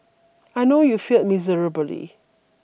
I know you failed miserably